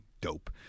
Dope